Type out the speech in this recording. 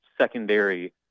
secondary